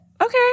Okay